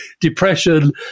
depression